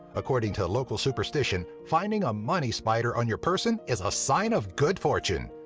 according to local superstition, finding a money spider on your person is a sign of good fortune,